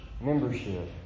membership